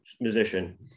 musician